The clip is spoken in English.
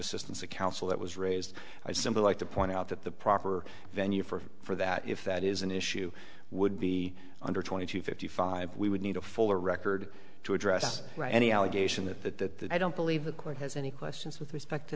assistance of counsel that was raised i simply like to point out that the proper venue for for that if that is an issue would be under twenty to fifty five we would need a fuller record to address any allegation that i don't believe the court has any questions with respect to